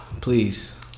Please